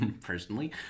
personally